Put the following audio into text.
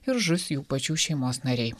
ir žus jų pačių šeimos nariai